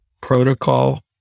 protocol